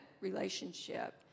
relationship